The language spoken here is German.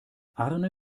arne